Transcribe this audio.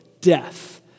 death